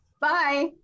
Bye